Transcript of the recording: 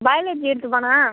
biology எடுத்துப்பானா